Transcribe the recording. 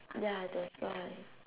ya that's why